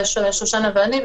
שושנה ואני,